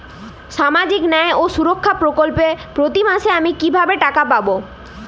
সামাজিক ন্যায় ও সুরক্ষা প্রকল্পে প্রতি মাসে আমি কিভাবে টাকা পাবো?